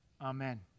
Amen